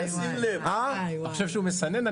אתה חושב שהוא מסנן?